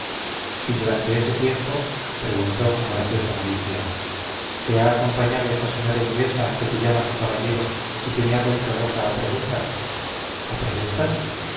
y durante ese tiempo preguntó con graciosa malicia te ha acompañado esa señora inglesa que te llama su caballero y que me ha vuelto loca a preguntas